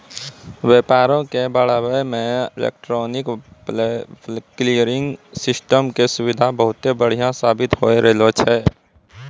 व्यापारो के बढ़ाबै मे इलेक्ट्रॉनिक क्लियरिंग सिस्टम के सुविधा बहुते बढ़िया साबित होय रहलो छै